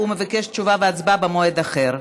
הוא מבקש תשובה והצבעה במועד אחר.